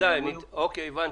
אוקי, הבנתי.